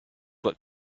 what